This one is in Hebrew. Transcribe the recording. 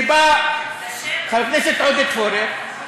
שבה חבר הכנסת עודד פורר,